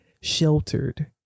sheltered